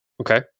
Okay